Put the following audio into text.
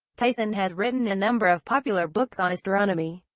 tyson has written a number of popular books on astronomy.